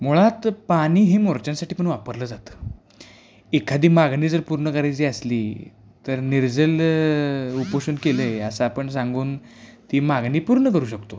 मुळात पाणी ही मोरच्यांसाठी पण वापरलं जातं एखादी मागणी जर पूर्ण करायची असली तर निर्जल उपोषण केलं आहे असं आपण सांगून ती मागणी पूर्ण करू शकतो